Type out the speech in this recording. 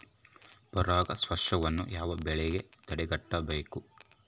ಪರಾಗಸ್ಪರ್ಶವನ್ನು ಯಾವ ಬೆಳೆಗಳಲ್ಲಿ ತಡೆಗಟ್ಟಬೇಕು?